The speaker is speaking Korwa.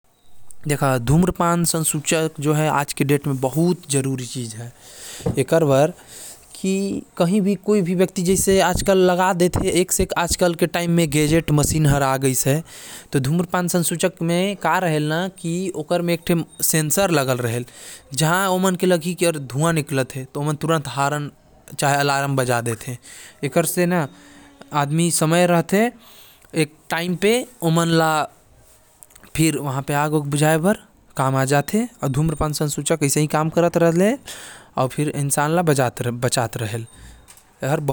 धूम्रपान संसूचक म एक ठे सेंसर लगे रहेल, जो धुँआ मिले के बाद बजे लागथे। जेकर वजह से ओमन धुँआ के पता लगाथे।